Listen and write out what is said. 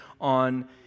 on